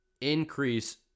increase